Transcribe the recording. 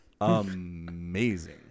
amazing